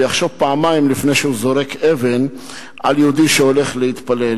ויחשוב פעמיים לפני שהוא זורק אבן על יהודי שהולך להתפלל,